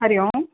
हरिः ओम्